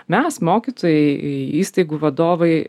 mes mokytojai įstaigų vadovai